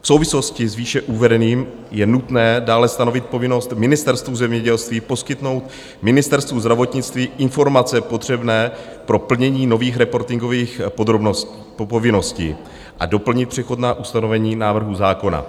V souvislosti s výše uvedeným je nutné dále stanovit povinnost Ministerstvu zemědělství poskytnout Ministerstvu zdravotnictví informace potřebné pro plnění nových reportingových povinností a doplnit přechodná ustanovení v návrhu zákona.